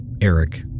Eric